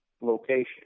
location